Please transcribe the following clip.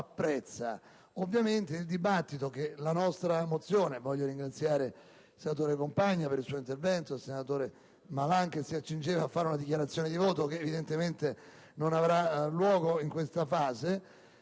apprezza. Ovviamente il dibattito sulla nostra mozione - voglio ringraziare il senatore Compagna per il suo intervento e il senatore Malan, che si accingeva a fare una dichiarazione di voto che evidentemente non avrà luogo in questa fase